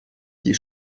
die